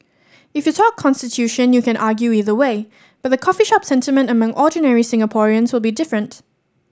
if you talk constitution you can argue either way but the coffee shop sentiment among ordinary Singaporeans will be different